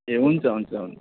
ए हुन्छ हुन्छ हुन्